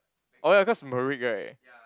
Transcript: oh right cause Merek right